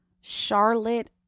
Charlotte